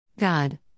God